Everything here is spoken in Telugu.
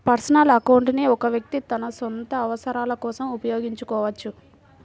పర్సనల్ అకౌంట్ ని ఒక వ్యక్తి తన సొంత అవసరాల కోసం ఉపయోగించుకోవచ్చు